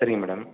சரிங்க மேடம்